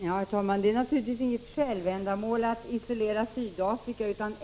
Herr talman! Det är naturligtvis inget självändamål att isolera Sydafrika.